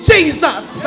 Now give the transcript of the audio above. Jesus